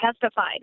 testified